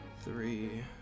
three